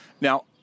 now